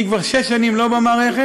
אני כבר שש שנים לא במערכת,